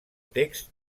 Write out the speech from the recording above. text